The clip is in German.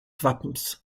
wappens